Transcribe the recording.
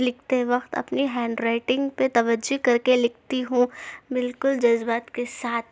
لکھتے وقت اپنی ہینڈ رائٹنگ پہ توجہ کرکے لکھتی ہوں بالکل جذبات کے ساتھ